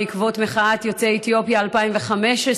בעקבות מחאת יוצאי אתיופיה ב-2015,